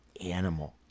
animal